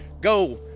go